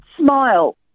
Smile